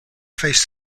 face